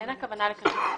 אין הכוונה לכרטיס פיזי.